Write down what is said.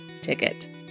ticket